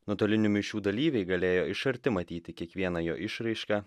nuotolinių mišių dalyviai galėjo iš arti matyti kiekvieną jo išraišką